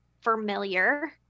familiar